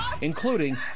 including